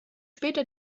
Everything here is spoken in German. später